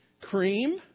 cream